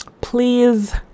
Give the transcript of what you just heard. Please